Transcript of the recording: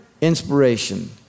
inspiration